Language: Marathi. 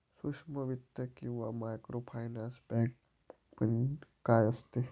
सूक्ष्म वित्त किंवा मायक्रोफायनान्स बँक काय असते?